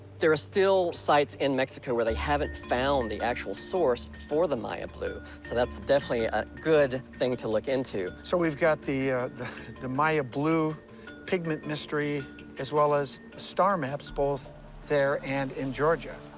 there are still sites in mexico where they haven't found the actual source for the maya blue, so that's definitely a good thing to look into. so we've got the the maya blue pigment mystery as well as star maps, both there and in georgia.